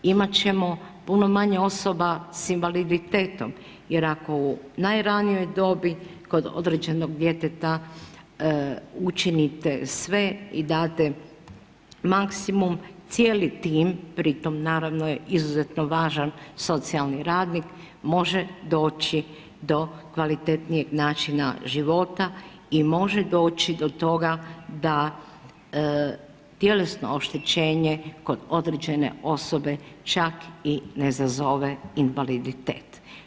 Imat ćemo puno manje osoba s invaliditetom jer ako u najranijoj dobi kod određenog djeteta učinite sve i date maksimum cijeli tim, pri tom naravno je važan socijalni radnik, može doći do kvalitetnijeg načina života i može doći do toga da tjelesno oštećenje kod određene osobe čak i ne zazove invaliditet.